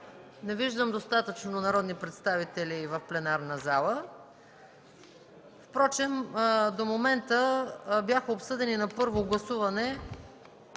Не виждам достатъчно народни представители в пленарната зала. Впрочем до момента бяха обсъдени на първо гласуване